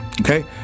Okay